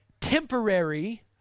temporary